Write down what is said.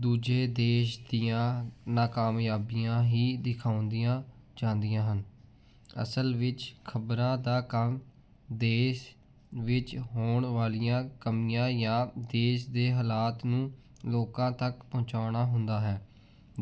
ਦੂਜੇ ਦੇਸ਼ ਦੀਆਂ ਨਾਕਾਮਯਾਬੀਆਂ ਹੀ ਦਿਖਾਉਂਦੀਆਂ ਜਾਂਦੀਆਂ ਹਨ ਅਸਲ ਵਿੱਚ ਖਬਰਾਂ ਦਾ ਕੰਮ ਦੇਸ਼ ਵਿੱਚ ਹੋਣ ਵਾਲੀਆਂ ਕਮੀਆਂ ਜਾਂ ਦੇਸ਼ ਦੇ ਹਾਲਾਤ ਨੂੰ ਲੋਕਾਂ ਤੱਕ ਪਹੁੰਚਾਉਣਾ ਹੁੰਦਾ ਹੈ